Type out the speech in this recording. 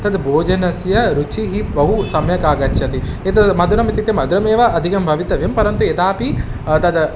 तद् भोजनस्य रुचिः बहु सम्यक् आगच्छति यद् मधुरम् इत्युक्ते मधुरमेव अधिकं भवितव्यं परन्तु यदापि तद्